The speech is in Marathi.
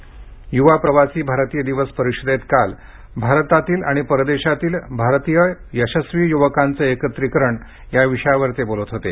काल युवा प्रवासी भारतीय दिवस परिषदेत भारतातील आणि परदेशातील भारतीय यशस्वी युवकांचं एकत्रिकरण या विषयावर ते बोलत होते